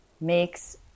makes